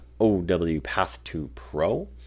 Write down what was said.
OWPath2Pro